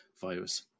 virus